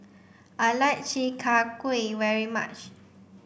I like Chi Kak Kuih very much